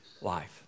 life